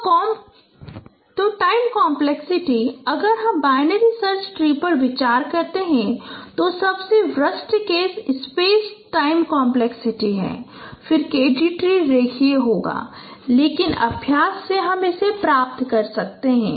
तो time complexity अगर हम बाइनरी सर्च ट्री पर भी विचार करते हैं तो सबसे worst case space time complexity है फिर भी K D ट्री रैखिक होगा लेकिन अभ्यास से हम प्राप्त कर सकते हैं